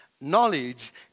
Knowledge